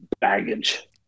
baggage